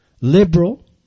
liberal